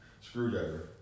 Screwdriver